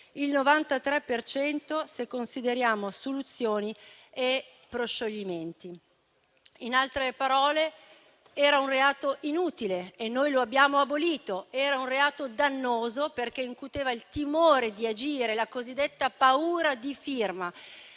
cento se consideriamo assoluzioni e proscioglimenti. In altre parole, era un reato inutile e noi lo abbiamo abolito; era un reato dannoso perché incuteva il timore di agire, la cosiddetta paura di firma,